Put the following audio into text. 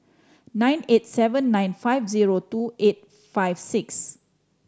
nine eight seven nine five zero two eight five six